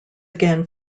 again